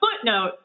footnote